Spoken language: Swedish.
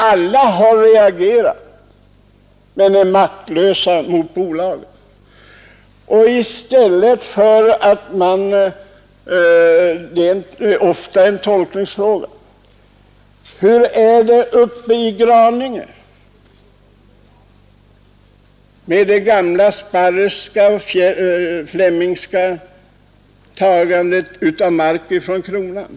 Alla har reagerat men är maktlösa mot bolagen. Det är ofta en tolkningsfråga. Hur är det uppe i Graninge med det gamla Sparreska och Flemingska tagandet av mark från kronan?